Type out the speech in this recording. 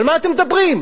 על מה אתם מדברים?